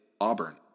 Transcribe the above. Auburn